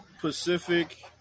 Pacific